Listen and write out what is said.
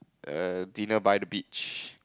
err dinner by the beach